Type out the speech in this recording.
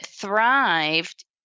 thrived